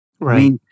right